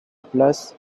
place